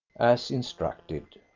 as instructed.